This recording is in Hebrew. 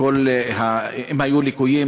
ואם היו ליקויים,